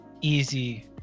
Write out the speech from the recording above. easy